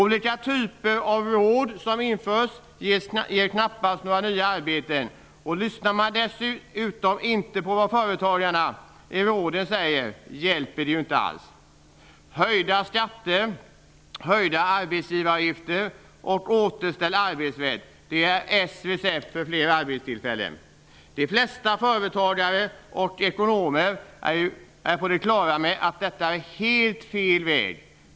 Olika typer av råd som införs ger knappast några nya arbeten. Om man dessutom inte lyssnar på vad företagarna i rådet säger hjälper det inte alls. Höjda skatter, höjda arbetsgivaravgifter och återställd arbetsrätt är s recept för fler arbetstillfällen. De flesta företagare och ekonomer är på det klara med att detta är helt fel väg.